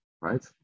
right